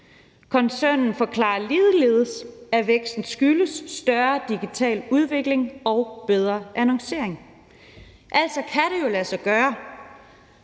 Koncernen forklarer ligeledes, at væksten skyldes større digital udvikling og bedre annoncering. Det kan altså lade sig gøre.